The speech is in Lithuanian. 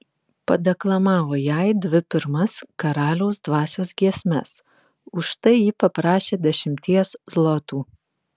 padeklamavo jai dvi pirmas karaliaus dvasios giesmes už tai ji paprašė dešimties zlotų